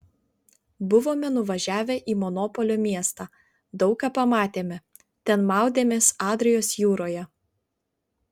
buvome nuvažiavę į monopolio miestą daug ką pamatėme ten maudėmės adrijos jūroje